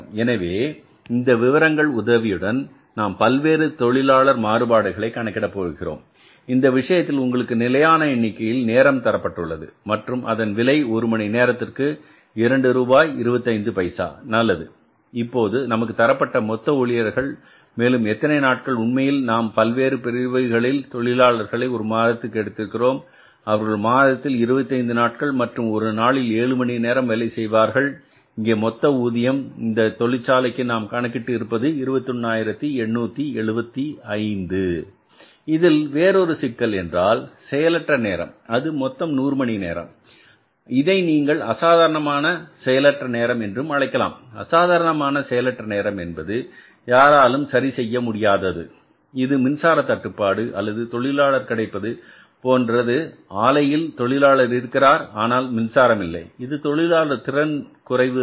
எனவே இந்த விவரங்கள் உதவியுடன் நாம் பல்வேறு தொழிலாளர் மாறுபாடுகளை கணக்கிட போகிறோம் இந்த விஷயத்தில் உங்களுக்கு நிலையான எண்ணிக்கையில் நேரம் தரப்பட்டுள்ளது மற்றும் அதன் விலை ஒரு மணி நேரத்திற்கு இரண்டு ரூபாய் 25 பைசா நல்லது இப்போது நமக்கு தரப்பட்ட மொத்த ஊழியர்கள் மேலும் எத்தனை நாட்கள் உண்மையில் நாம் பல்வேறு பிரிவுகளில் தொழிலாளர்களை ஒரு மாதத்திற்கு எடுத்திருக்கிறோம் அவர்கள் மாதத்தில் 25 நாட்கள் மற்றும் ஒரு நாளில் ஏழு மணி நேரம் வேலை செய்வார்கள் இங்கே மொத்த ஊதியம் இந்த தொழிற்சாலைக்கு நாம் கணக்கிட்டு இருப்பது 21875 இதில் வேறொரு சிக்கல் என்றால் செயலற்ற நேரம் அது மொத்தம் 100 மணி நேரம் இதை நீங்கள் அசாதாரணமான செயலற்ற நேரம் என்றும் அழைக்கலாம் அசாதாரணமான செயலற்ற நேரம் என்பது யாராலும் சரி செய்ய முடியாது இது மின்சார தட்டுப்பாடு அல்லது தொழிலாளர் கிடைப்பது போன்றது ஆலையில் தொழிலாளர் இருக்கிறார் ஆனால் மின்சாரம் இல்லை இது தொழிலாளர் திறன் அல்ல